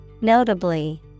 Notably